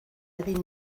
egin